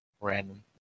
Random